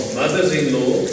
mothers-in-law